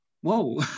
Whoa